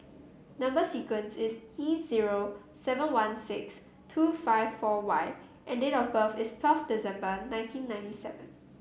number sequence is T zero seven one six two five four Y and date of birth is twelfth December nineteen ninety seven